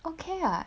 okay [what]